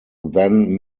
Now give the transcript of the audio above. then